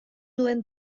duen